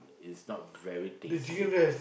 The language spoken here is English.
it's not very tasty